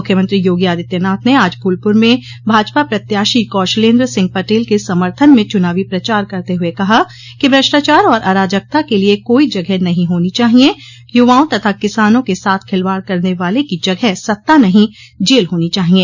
मुख्यमंत्री योगी आदित्यनाथ ने आज फूलपुर में भाजपा प्रत्याशी कौशलेन्द्र सिंह पटेल के समर्थन में चुनावी प्रचार करते हुए कहा कि भ्रष्टाचार के लिए कोई जगह नहीं होनी चाहिए अराजकता के लिए कोई जगह नहीं हो नही चाहिए यूवाओं तथा किसानों के साथ खिलावाड करने वाले की जगह सत्ता नहीं जेल होनी चाहिए